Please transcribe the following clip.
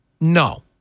No